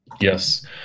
Yes